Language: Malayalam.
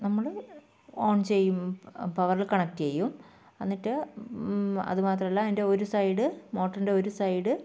നമ്മൾ ഓൺ ചെയ്യും പവറിൽ കണക്ട് ചെയ്യും എന്നിട്ട് അത് മാത്രമല്ല അതിൻ്റെ ഒരു സൈഡ് മോട്ടറിൻ്റെ ഒരു സൈഡ്